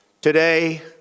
Today